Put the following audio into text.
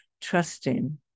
trusting